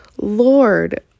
Lord